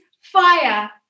fire